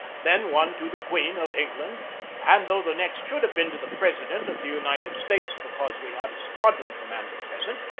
then one to the queen of england and though the next should have been to the president of the united states because we had a squadron commander present,